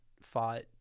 fought